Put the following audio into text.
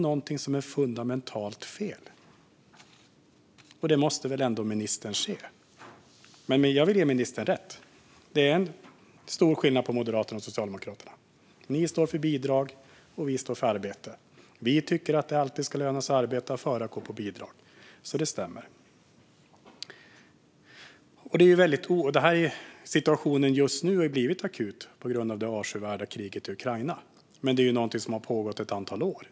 Någonting är fundamentalt fel, och det måste väl ändå ministern se. Jag vill dock ge ministern rätt: Det är en stor skillnad på Moderaterna och Socialdemokraterna. Ni står för bidrag, och vi står för arbete. Vi tycker att det alltid ska löna sig bättre att arbeta än att gå på bidrag. Det stämmer alltså. Situationen just nu har ju blivit akut på grund av det avskyvärda kriget i Ukraina, men detta är någonting som har pågått ett antal år.